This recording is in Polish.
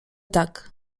tak